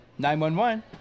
911